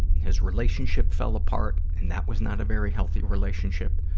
his relationship fell apart, and that was not a very healthy relationship.